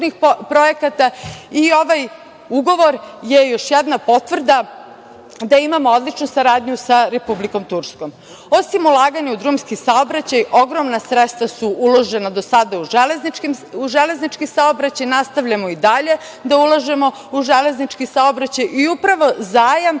i ovaj ugovor je još jedna potvrda da imamo odličnu saradnju sa Republikom Turskom. Osim ulaganja u drumski saobraćaj, ogromna sredstva su uložena do sada u železnički saobraćaj, nastavljamo i dalje da ulažemo u železnički saobraćaj i upravo zajam